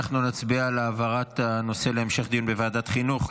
אנחנו נצביע על העברת הנושא להמשך דיון בוועדת החינוך.